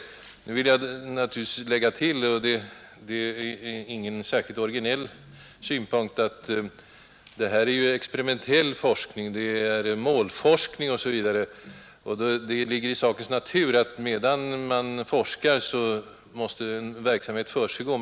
NRA kR Nu vill jag naturligtvis lägga till — och det är ingen särskilt originell Ang. erfarenhetersynpunkt — att det väl blir så här, eftersom det ju gäller en experimentell — na av viss social forskning, det är en målforskning. Det ligger då i sakens natur att man forskning forskar medan den verksamhet man söker genomforska försiggår.